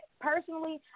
personally